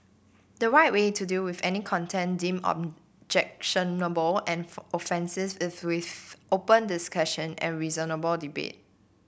the right way to deal with any content deemed objectionable and offensive is with open discussion and reasoned debate